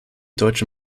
deutsche